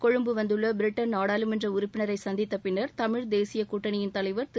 கொழும்பு வந்துள்ள பிரிட்டன் நாடாளுமன்ற உறுப்பினரை சந்தித்த பின்னர் தமிழ் தேசிய கூட்டணியின் தலைவர் திரு